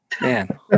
man